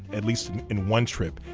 at least in one trip,